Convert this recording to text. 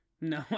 No